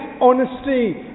honesty